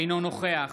אינו נוכח